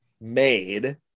made